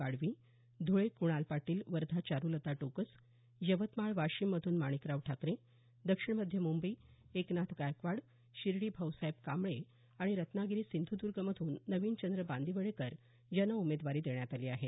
पाडवी ध्वळे क्णाल पाटील वर्धा चारूलता टोकस यवतमाळ वाशिम मधून माणिकराव ठाकरे दक्षिण मध्य मुंबई एकनाथ गायकवाड शिर्डी भाऊसाहेब कांबळे आणि रत्नागिरी सिंधुदर्ग मधून नविनचंद्र बांदिवडेकर यांना उमेदवारी देण्यात आली आहे